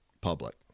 public